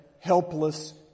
helpless